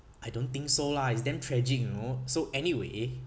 I don't think so lah it's damn tragic you know so anyway